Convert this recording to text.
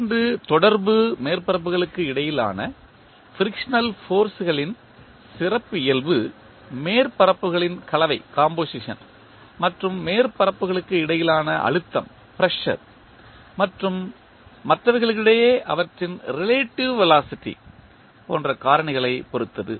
இரண்டு தொடர்பு மேற்பரப்புகளுக்கு இடையிலான ஃபிரிக்சனல் ஃபோர்ஸ் களின் சிறப்பியல்பு மேற்பரப்புகளின் கலவை மற்றும் மேற்பரப்புகளுக்கு இடையிலான அழுத்தம் மற்றும் மற்றவைகளிடையே அவற்றின் ரிலேட்டிவ் வெலாசிட்டி போன்ற காரணிகளைப் பொறுத்தது